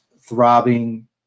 throbbing